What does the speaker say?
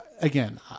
again